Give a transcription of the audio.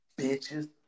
Bitches